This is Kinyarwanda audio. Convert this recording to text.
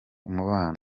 umubano